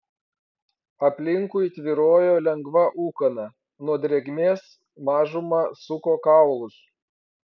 aplinkui tvyrojo lengva ūkana nuo drėgmės mažumą suko kaulus